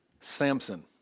Samson